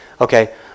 Okay